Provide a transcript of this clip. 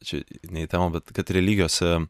čia ne į temą bet kad religijose